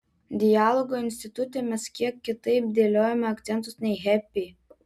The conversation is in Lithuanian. dialogo institute mes kiek kitaip dėliojame akcentus nei hepi